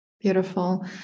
Beautiful